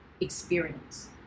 experience